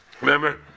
Remember